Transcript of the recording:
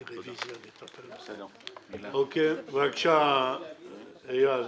אוקיי, בבקשה, איל.